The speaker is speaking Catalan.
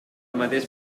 mateix